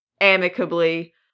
amicably